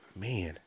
man